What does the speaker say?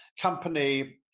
company